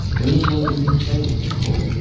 illingworth is entailed, of course,